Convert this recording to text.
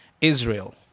Israel